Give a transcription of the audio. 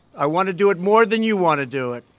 i want to do it more than you want to do it.